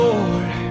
Lord